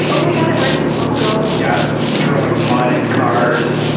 yeah oh my god, i brought you some bubble gum. yeah throwing mud at cars.